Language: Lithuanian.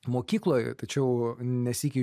mokykloj tačiau ne sykį